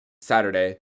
Saturday